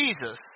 Jesus